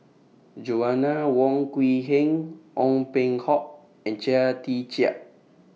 Joanna Wong Quee Heng Ong Peng Hock and Chia Tee Chiak